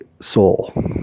soul